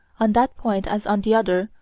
on that point as on the other,